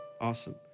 awesome